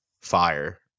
fire